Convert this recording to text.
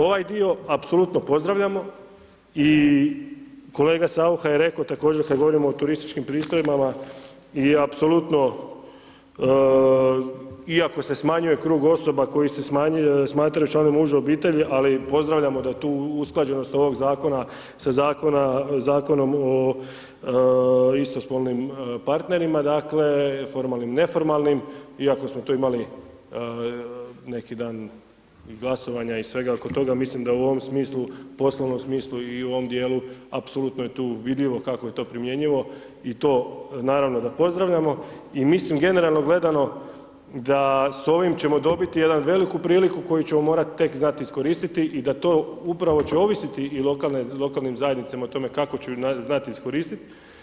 Ovaj dio apsolutno pozdravljamo i kolega Saucha je rekao također kada govorimo o turističkim pristojbama je apsolutno iako se smanjuje krug osoba koji se smatraju članom uđe obitelji, ali pozdravljamo da tu usklađenost ovog Zakona sa Zakonom o istospolnim partnerima, formalnim, neformalnim, iako smo tu imali neki dan glasovanja i svega oko toga, mislim da u ovom smislu, poslovnom smislu i u ovom dijelu apsolutno je tu vidljivo kako je to primjenjivo i to naravno da pozdravljamo i mislim generalno gledano da s ovim ćemo dobiti jednu veliku priliku koju ćemo morati tek znati iskoristiti i da to upravo će ovisiti o lokalnim zajednicama o tome kako ću znati iskoristiti.